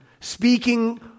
speaking